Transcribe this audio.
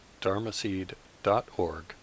dharmaseed.org